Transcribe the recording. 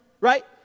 right